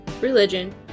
religion